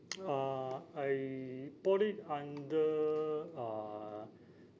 uh I bought it under uh